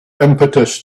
impetus